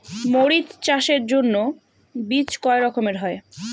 মরিচ চাষের জন্য বীজ কয় রকমের হয়?